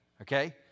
Okay